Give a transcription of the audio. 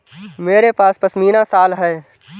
मेरे पास पशमीना शॉल है